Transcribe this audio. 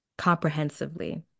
Comprehensively